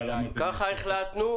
זאת החלטת הוועדה.